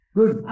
Good